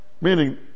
meaning